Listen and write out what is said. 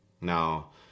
Now